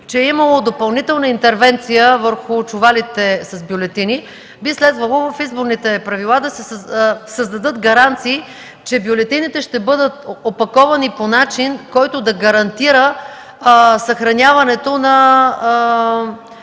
че е имало допълнителна интервенция върху чувалите с бюлетини, би следвало в изборните правила да се създадат гаранции, че бюлетините ще бъдат опаковани по начин, който да гарантира съхраняването на